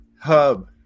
hub